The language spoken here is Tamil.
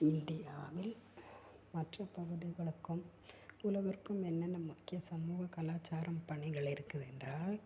இந்தியாவில் மற்ற பகுதிகளுக்கும் உலகிற்கும் என்னென்ன முக்கிய சமூக கலாச்சாரம் பணிகள் இருக்குது என்றால்